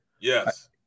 yes